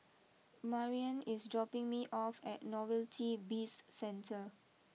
Mariann is dropping me off at Novelty Bizcentre